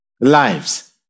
lives